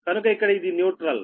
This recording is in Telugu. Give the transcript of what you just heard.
కనుక ఇక్కడ ఇది న్యూట్రల్